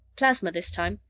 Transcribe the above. plasma, this time.